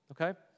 Okay